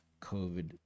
covid